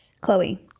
Chloe